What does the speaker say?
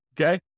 Okay